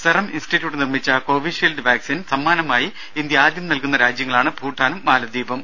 serum institute നിർമ്മിച്ച Covishield vaccine സമ്മാനമായി India ആദ്യം നൽകുന്ന രാജ്യങ്ങളാണ് ഭൂട്ടാനും മാലദ്വീപും